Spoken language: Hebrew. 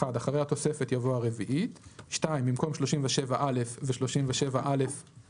(1)אחרי "התוספת" יבוא "הרביעית"; (2)במקום "37א3 ו-37א4ב"